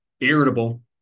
Irritable